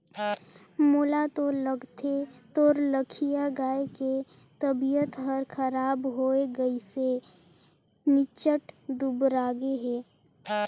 मोला तो लगथे तोर लखिया गाय के तबियत हर खराब होये गइसे निच्च्ट दुबरागे हे